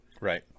Right